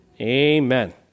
Amen